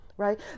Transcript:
right